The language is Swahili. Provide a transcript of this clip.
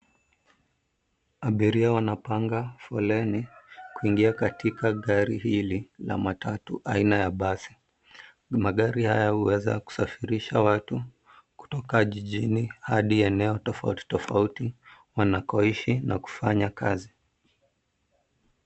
Abiria wanapanga foleni kuingia katika gari hili la matatu aina ya basi. Magari haya huweza kusafirisha watu kutoka jijini hadi eneo tofauti tofauti wanakoishi na kufanya kazi.